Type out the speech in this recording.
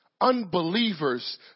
unbelievers